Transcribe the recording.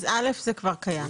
אז א' זה כבר קיים.